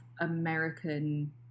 American